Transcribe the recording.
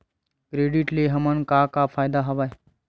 Credit ले हमन का का फ़ायदा हवय?